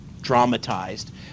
dramatized